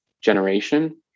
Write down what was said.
generation